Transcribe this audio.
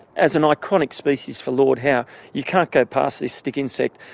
as an iconic species for lord howe you can't go past this stick insect,